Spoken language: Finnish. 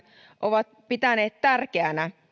ovat pitäneet tärkeänä